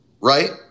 right